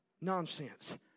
nonsense